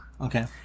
Okay